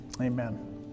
Amen